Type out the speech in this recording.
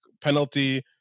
penalty